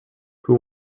who